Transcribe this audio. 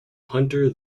hunter